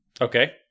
Okay